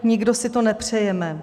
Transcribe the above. Nikdo si to nepřejeme.